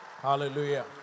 Hallelujah